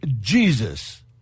Jesus